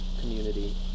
community